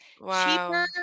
Wow